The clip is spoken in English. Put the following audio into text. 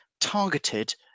targeted